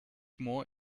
more